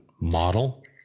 model